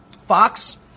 Fox